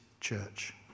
church